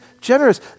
generous